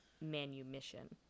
manumission